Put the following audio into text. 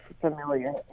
familiar